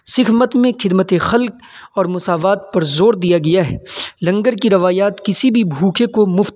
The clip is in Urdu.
سکھ مت میں خدمت خلق اور مساوات پر زور دیا گیا ہے لنگر کی روایات کسی بھی بھوکے کو مفت